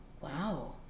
wow